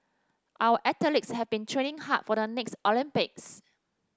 our athletes have been training hard for the next Olympics